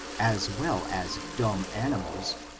as well as dumb animals,